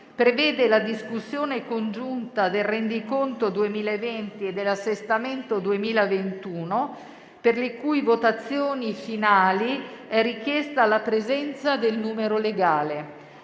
prevede la discussione congiunta del rendiconto 2020 e dell'assestamento 2021, per le cui votazioni finali è richiesta la presenza del numero legale.